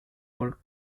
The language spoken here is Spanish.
por